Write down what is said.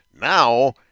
now